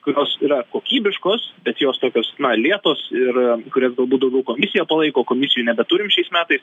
kurios yra kokybiškos bet jos tokios na lėtos ir kurias galbūt daugiau komisija palaiko komisijoj nebeturim šiais metais